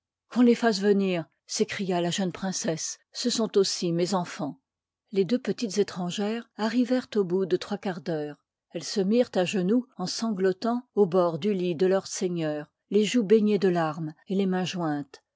qu'on les fasse venir s'écria la jeune princesse ce sont aussi mes enfans les deux petites étrangères arrivèrent au bout de trois quarts d'heure elles se mirent à genoux en sanglotant au bord du lit de leur seigneur les joues baignées de ii part larmes et les mains jointes